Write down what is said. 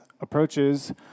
approaches